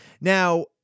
Now